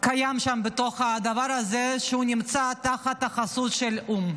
שקיים שם בתוך הדבר הזה שנמצא תחת החסות של האו"ם.